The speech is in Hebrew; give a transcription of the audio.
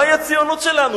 מה היא הציונות שלנו?